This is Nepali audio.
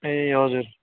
ए हजुर